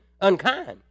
unkind